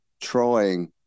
trying